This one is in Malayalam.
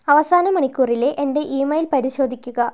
അവസാന മണിക്കൂറിലെ എന്റെ ഇമെയിൽ പരിശോധിക്കുക